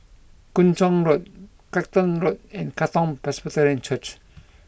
Kung Chong Road Clacton Road and Katong Presbyterian Church